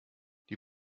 die